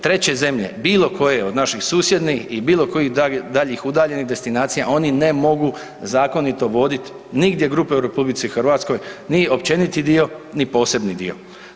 Treće zemlje bilo koje od naših susjednih i bilo kojih daljih udaljenih destinacija oni ne mogu zakonito voditi nigdje grupe u Republici Hrvatskoj ni općeniti dio, ni posebni dio.